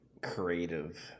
creative